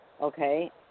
Okay